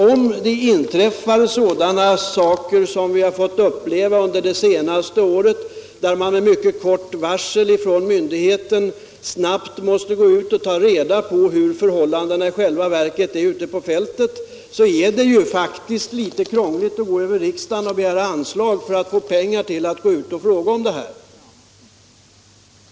Om det - som vi har fått uppleva under det senaste året — inträffar att en myndighet med mycket kort varsel skall ta reda på hur förhållandena i själva verket är ute på fältet, så är det faktiskt litet krångligt att gå över riksdagen och begära anslag till att verkställa uppdraget.